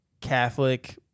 Catholic